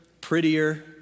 prettier